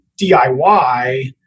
DIY